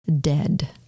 dead